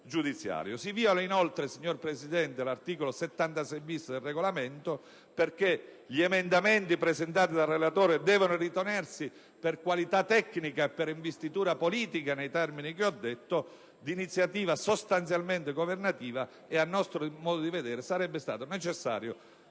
Presidente, l'articolo 76-*bis* del Regolamento, perché gli emendamenti presentati dal relatore devono ritenersi, per qualità tecnica e per investitura politica (nei termini che ho detto), d'iniziativa sostanzialmente governativa; a nostro modo di vedere sarebbe stato necessario